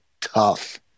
tough